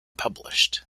published